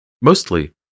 Mostly